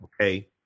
okay